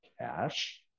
cash